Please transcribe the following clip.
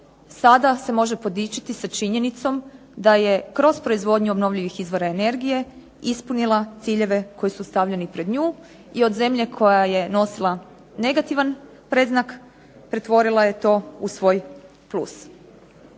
sada se može podičiti sa činjenicom da je kroz proizvodnju obnovljivih izvora energije ispunila ciljeve koji su stavljeni pred nju i od zemlje koja je nosila negativan predznak pretvorila je to u svoj plus.